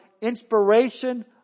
inspiration